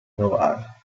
novara